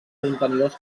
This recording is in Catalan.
contenidors